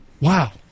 Wow